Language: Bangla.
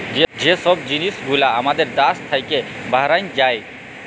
যে ছব জিলিস গুলা আমাদের দ্যাশ থ্যাইকে বাহরাঁয় যায়